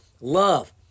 Love